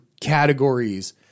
categories